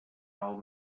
old